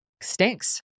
stinks